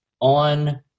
on